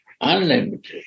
Unlimited